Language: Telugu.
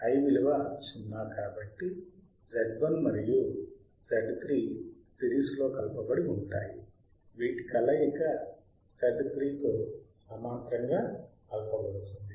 I విలువ 0 కాబట్టి Z1 మరియు Z3 సిరీస్ లో కలపబడి ఉంటాయి వీటి కలయిక Z2 తో సమాంతరంగా కలపబడతాయి